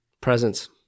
Presence